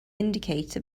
indicator